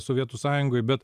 sovietų sąjungoj bet